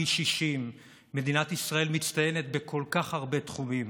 פי 60. מדינת ישראל מצטיינת בכל כך הרבה תחומים.